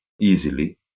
easily